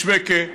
משוויכה,